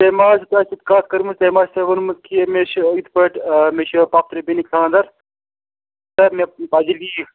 تٔمۍ ما آسہِ تۄہہِ سۭتۍ کَتھ کٔرمٕژ تٔمۍ ما آسہِ تۅہہِ ووٚنمُت کہِ مےٚ چھِ یِتھٕ پٲٹھۍ آ مےٚ چھِ پۄپھتٕرِ بیٚنہِ خانٛدر تہٕ مےٚ لیٖو